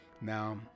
now